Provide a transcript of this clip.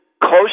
close